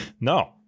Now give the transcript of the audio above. No